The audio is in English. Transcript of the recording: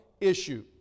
issue